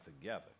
together